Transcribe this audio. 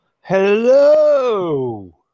Hello